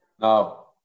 No